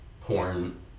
porn